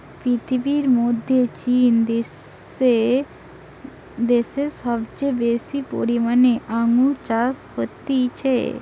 পৃথিবীর মধ্যে চীন দ্যাশে সবচেয়ে বেশি পরিমানে আঙ্গুর চাষ হতিছে